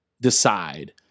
decide